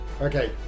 Okay